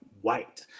white